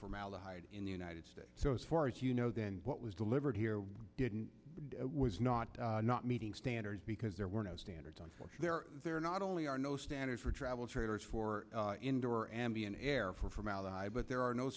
formaldehyde in the united states so as far as you know then what was delivered here didn't was not not meeting standards because there were no standards on for there there not only are no standards for travel trailers for indoor ambient air for formaldehyde but there are no